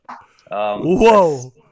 Whoa